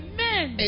Amen